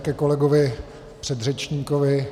Ke kolegovi předřečníkovi.